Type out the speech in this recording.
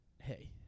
Hey